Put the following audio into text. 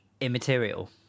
immaterial